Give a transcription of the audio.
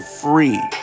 free